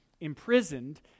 imprisoned